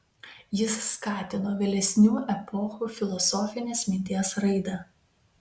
jis skatino vėlesnių epochų filosofinės minties raidą